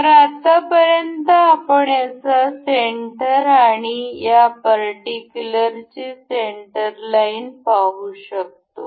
तर आत्तापर्यंत आपण याचा सेंटर आणि या पर्टिक्युलरची सेंटर लाईन पाहू शकत नाही